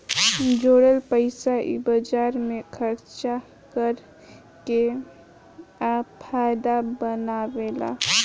जोरल पइसा इ बाजार मे खर्चा कर के आ फायदा बनावेले